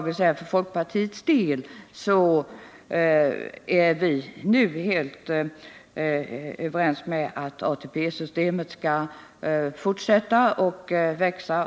Inom folkpartiet har vi nu den uppfattningen att ATP-systemet skall fortsätta att växa.